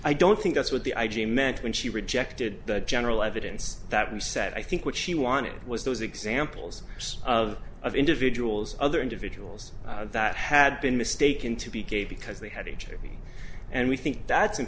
i don't think that's what the i g meant when she rejected the general evidence that was said i think what she wanted was those examples of of individuals other individuals that had been mistaken to be gay because they had a charity and we think that's